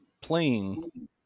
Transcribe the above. playing